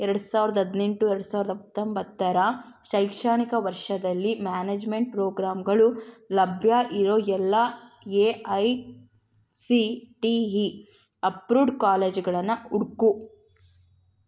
ಎರ್ಡು ಸಾವ್ರ್ದ ಹದಿನೆಂಟು ಎರ್ಡು ಸಾವಿರ್ದ ಹತ್ತೊಂಬತ್ತರ ಶೈಕ್ಷಣಿಕ ವರ್ಷದಲ್ಲಿ ಮ್ಯಾನೇಜ್ಮೆಂಟ್ ಪ್ರೋಗ್ರಾಮ್ಗಳು ಲಭ್ಯ ಇರೋ ಎಲ್ಲ A I C T E approved ಕಾಲೇಜುಗಳನ್ನು ಹುಡುಕು